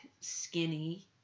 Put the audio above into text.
skinny